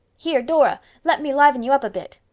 here, dora, let me liven you up a bit.